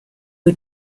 who